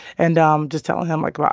and um just telling him, like, ah